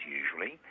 usually